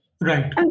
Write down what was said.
right